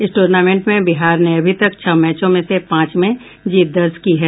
इस टूर्नामेंट में बिहार ने अभी तक छह मैचों में से पांच में जीत दर्ज की है